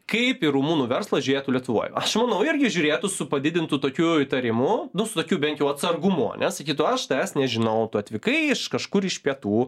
kaip į rumunų verslą žiūrėtų lietuvoj aš manau irgi žiūrėtų su padidintu tokiu įtarimu nu su tokiu bent jau atsargumu ane sakytų aš tavęs nežinau tu atvykai iš kažkur iš pietų